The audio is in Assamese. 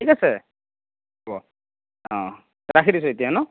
ঠিক আছে হ'ব ৰাখি দিছো এতিয়া ন